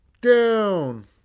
down